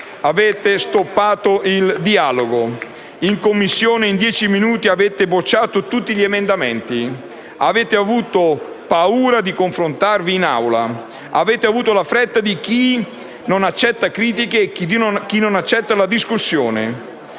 avete stoppato il dialogo; in Commissione in dieci minuti avete bocciato tutti gli emendamenti; avete avuto paura di confrontarvi in Assemblea; avete avuto la fretta di chi non accetta critiche e la discussione;